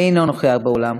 אינו נוכח באולם.